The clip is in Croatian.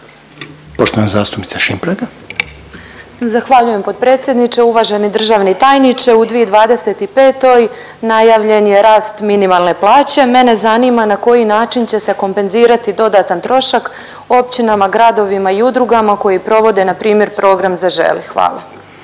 **Šimpraga, Anja (SDSS)** Zahvaljujem potpredsjedniče. Uvaženi državni tajniče. U 2025. najavljen je rast minimalne plaće. Mene zanima na koji način će se kompenzirati dodatan trošak, općinama, gradovima i udrugama koji provode npr. program Zaželi? Hvala.